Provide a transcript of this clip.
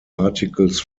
articles